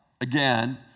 Again